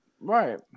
right